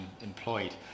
employed